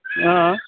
अँ